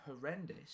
horrendous